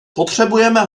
potřebujeme